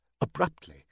abruptly